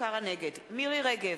מירי רגב,